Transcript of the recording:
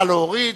נא להוריד.